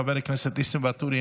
חבר הכנסת ניסים ואטורי,